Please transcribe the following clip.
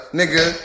nigga